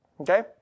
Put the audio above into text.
Okay